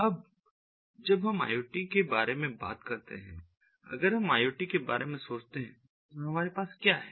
अब जब हम IoT के बारे में बात करते हैं अगर हम IoT के बारे में सोचते हैं तो हमारे पास क्या है